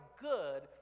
good